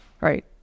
Right